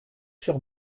sur